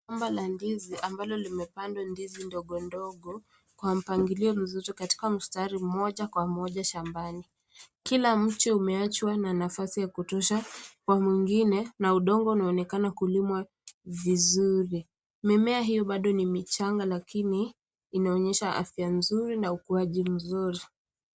Shamba la ndizi ambalo limepandwa ndizi ndogo ndogo kwa mpangilio mzuri katika mstari moja kwa moja shambani. Kila mche umeachwa na nafasi ya kutosha kwa mwengine na udongo unaonekana kulimwa vizuri, mimea hii bado ni michanga lakini inaonyesha afya nzuri na ukuaji mzuri.